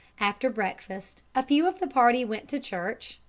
after breakfast a few of the party went to church,